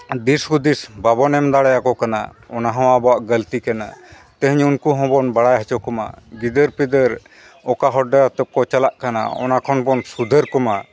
ᱫᱤᱥ ᱦᱩᱫᱤᱥ ᱵᱟᱵᱚᱱ ᱮᱢ ᱫᱟᱲᱮᱭᱟᱠᱚ ᱠᱟᱱᱟ ᱚᱱᱟ ᱦᱳ ᱟᱵᱚᱣᱟᱜ ᱜᱟᱹᱞᱴᱤ ᱠᱟᱱᱟ ᱛᱮᱦᱮᱧ ᱩᱱᱠᱩ ᱦᱚᱸ ᱵᱚᱱ ᱵᱟᱲᱟᱭ ᱦᱚᱪᱚ ᱠᱚᱢᱟ ᱜᱤᱫᱟᱹᱨ ᱯᱤᱫᱟᱹᱨ ᱚᱠᱟ ᱦᱚᱨ ᱰᱟᱦᱟᱨ ᱛᱮᱡᱠᱚ ᱪᱟᱞᱟᱜ ᱠᱟᱱᱟ ᱚᱱᱟ ᱚᱱᱟ ᱠᱷᱚᱱ ᱵᱚᱱ ᱥᱩᱫᱷᱟᱹᱨ ᱠᱚᱢᱟ